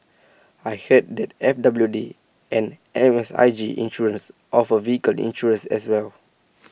I heard that F W D and M S I G insurance offer vehicle insurance as well